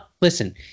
listen